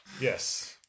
Yes